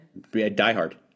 Diehard